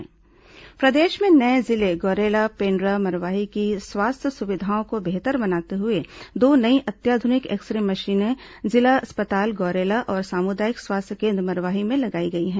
x ray machine प्रदेश के नये जिले गौरेला पेण्ड्रा मरवाही की स्वास्थ्य सुविधाओं को बेहतर बनाते हुए दो नई अत्याध्निक एक्स रे मशीनें जिला अस्पताल गौरेला और सामुदायिक स्वास्थ्य केन्द्र मरवाही में लगाई गई है